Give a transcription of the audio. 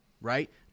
right